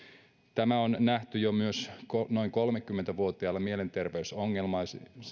tämä on nähty myös jo noin kolmekymmentä vuotiailla mielenterveysongelmina